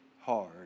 hard